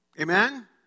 Amen